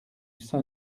saint